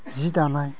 जि दानाय